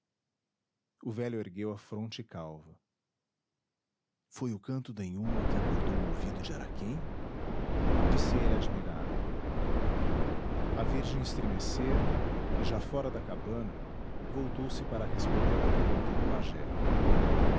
o velho ergueu a fronte calva foi o canto da inhuma que acordou o ouvido de araquém disse ele admirado a virgem estremecera e já fora da cabana voltou-se para responder à pergunta do pajé